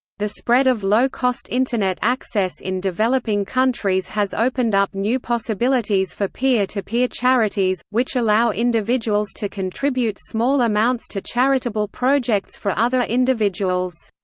the spread of low-cost internet access in developing countries has opened up new possibilities for peer-to-peer charities, which allow individuals to contribute small amounts to charitable projects for other individuals.